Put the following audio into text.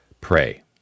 pray